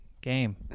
Game